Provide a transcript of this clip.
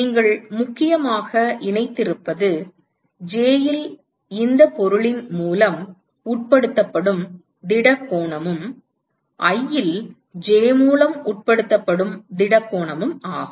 நீங்கள் முக்கியமாக இணைத்திருப்பது j இல் இந்த பொருளின் மூலம் உட்படுத்தப்படும் திட கோணமும் i இல் j மூலம் உட்படுத்தப்படும் திட கோணமும் ஆகும்